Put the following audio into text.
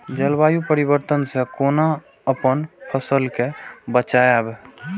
जलवायु परिवर्तन से कोना अपन फसल कै बचायब?